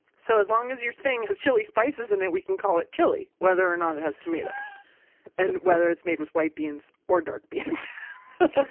so as long as your thing has chili spices in it, we can call it chili, whether or not it has tomato and whether it's made with white beans or dark like